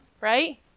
Right